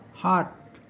সাত